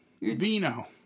Vino